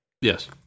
Yes